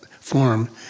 form